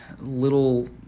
little